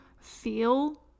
feel